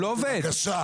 בבקשה.